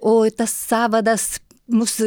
o tas sąvadas mus